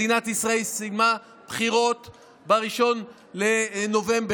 מדינת ישראל סיימה בחירות ב-1 בנובמבר,